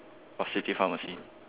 of city pharmacy